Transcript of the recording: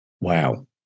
Wow